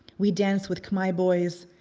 we dance with khmer boys,